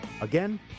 Again